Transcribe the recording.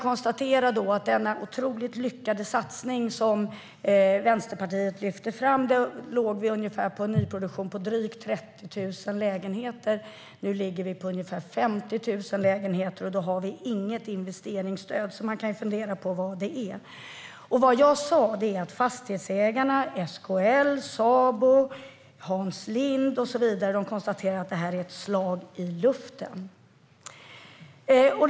Med den enormt lyckade satsning som Vänsterpartiet lyfte fram låg nyproduktionen på drygt 30 000 lägenheter. Nu ligger den på 50 000 lägenheter, och vi har inget investeringsstöd. Det är något att fundera på. Vad jag sa var att Fastighetsägarna, SKL, Sabo, Hans Lind med flera konstaterar att investeringsstödet är ett slag i luften.